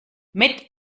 mit